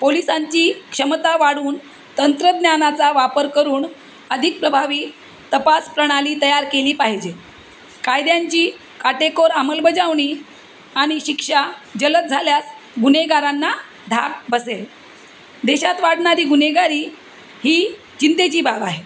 पोलिसांची क्षमता वाढवून तंत्रज्ञानाचा वापर करूण अधिक प्रभावी तपासप्रणाली तयार केली पाहिजे कायद्यांची काटेकोर अंमलबजावणी आणि शिक्षा जलद झाल्यास गुन्हेगारांना धाक बसेल देशात वाढणारी गुन्हेगारी ही चिंतेची बाब आहे